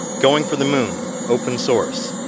going for the moon, open source.